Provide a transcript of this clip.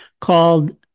called